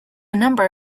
number